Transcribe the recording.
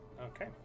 Okay